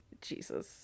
Jesus